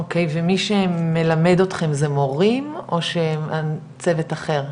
אוקי ומי שמלמד אתכם זה מורים או שצוות אחר?